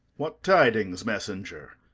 what tidings, messenger?